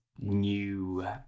new